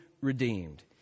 redeemed